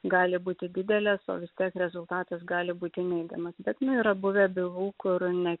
gali būti didelės o vis tiek rezultatas gali būti neigiamas bet nu yra buvę bylų kur net